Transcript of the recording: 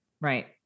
Right